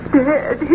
dead